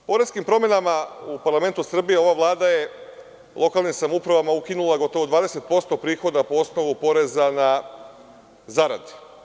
Poreskim promenama u parlamentu Srbije ova Vlada je lokalnim samoupravama ukinula gotovo 20% prihoda po osnovu poreza na zarade.